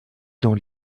dans